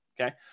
okay